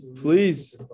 Please